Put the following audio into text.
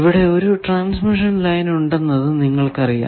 ഇവിടെ ഒരു transmission line ഉണ്ടെന്നത് നിങ്ങൾക്കറിയാം